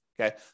Okay